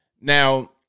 now